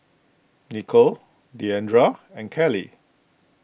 Nikko Deandra and Kaley